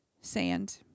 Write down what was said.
sand